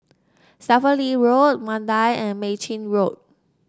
Stephen Lee Road Mandai and Mei Chin Road